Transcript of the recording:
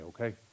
okay